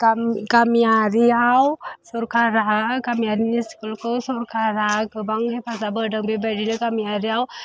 गामि गामियारियाव सोरखारा गामियारिनि स्कुलखौ सोरखारा गोबां हेफाजाब होदों बेबायदिनो गामियारिआव